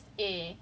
ya